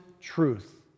truth